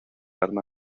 alma